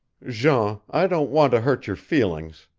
jean, i don't want to hurt your feelings,